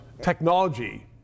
technology